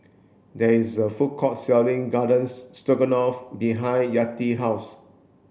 there is a food court selling Gardens Stroganoff behind Yetta house